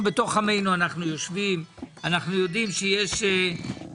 אנחנו בתוך עמנו יושבים.